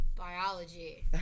Biology